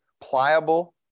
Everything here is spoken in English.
pliable